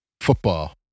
football